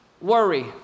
Worry